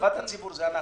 שזה אנחנו.